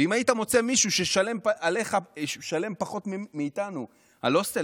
ואם היית מוצא מישהו ששילם פחות מאיתנו על הוסטל,